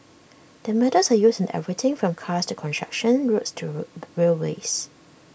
the metals are used in everything from cars to construction roads to railways